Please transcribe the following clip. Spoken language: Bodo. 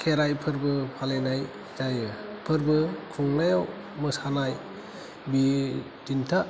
खेराय फोरबो फालिनाय जायो फोरबो खुंनायाव मोसानाय बिदिन्था